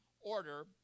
order